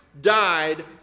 died